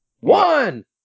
One